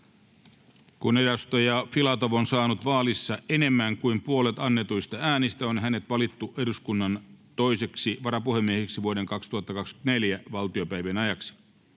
Kun Tarja Filatov on saanut vaalissa enemmän kuin puolet annetuista hyväksytyistä äänistä, on hänet valittu eduskunnan toiseksi varapuhemieheksi vuoden 2024 valtiopäivien ajaksi.